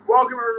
Welcome